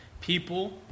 people